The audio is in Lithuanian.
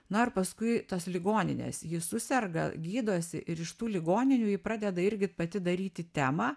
na ir paskui tos ligoninės jis suserga gydosi ir iš tų ligoninių ji pradeda irgi pati daryti temą